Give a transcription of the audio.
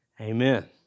Amen